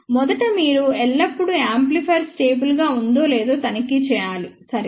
మొదట మీరు ఎల్లప్పుడూ యాంప్లిఫైయర్ స్టేబుల్ గా ఉందో లేదో తనిఖీ చేయాలి సరే